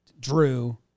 Drew